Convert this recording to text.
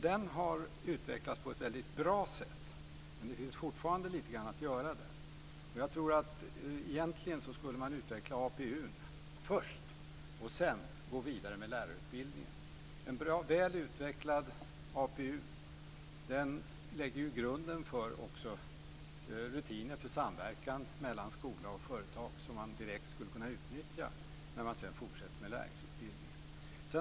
Den har utvecklats på ett väldigt bra sätt, men det finns fortfarande en del att göra där. Jag tror att man egentligen skulle utveckla APU först och sedan gå vidare med lärlingsutbildningen. En väl utvecklad APU lägger också grunden för rutiner för samverkan mellan skola och företag som man direkt skulle kunna utnyttja när man sedan fortsätter med lärlingsutbildningen.